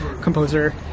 composer